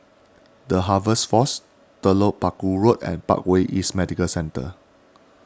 the Harvest force Telok Paku Road and Parkway East Medical Centre